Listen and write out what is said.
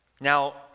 Now